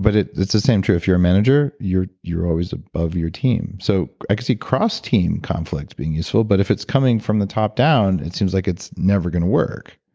but it's the same true if you're a manager, you're always above your team. so i can see cross-team conflict being useful. but if it's coming from the top down, it seems like it's never going to work.